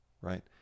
right